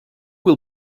will